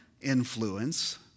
influence